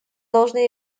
должны